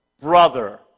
brother